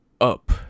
up